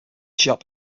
shop